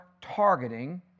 targeting